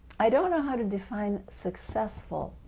i don't' know how to define successful,